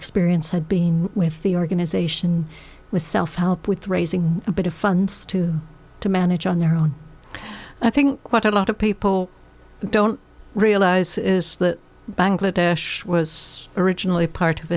experience had been with the organisation with self help with raising a bit of funds to to manage on their own i think quite a lot of people don't realise is that bangladesh was originally part of